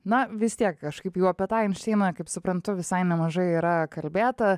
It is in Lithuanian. na vis tiek kažkaip jau apie tą einšteiną kaip suprantu visai nemažai yra kalbėta